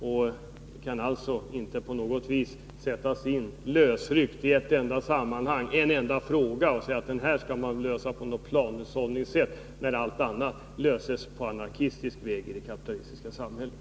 Man kan alltså inte beträffande en enda fråga säga att den skall lösas på något slags planhushållningssätt, när allt annat löses på anarkistisk väg i det kapitalistiska samhället.